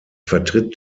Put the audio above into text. vertritt